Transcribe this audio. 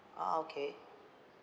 ah okay